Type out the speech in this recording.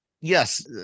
yes